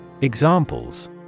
Examples